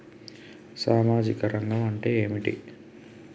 సామాజిక రంగం అంటే ఏమిటి?